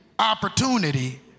Opportunity